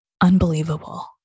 unbelievable